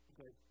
Okay